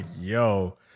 yo